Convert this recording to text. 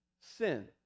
sin